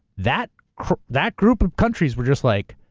that that group of countries were just like,